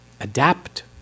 adapt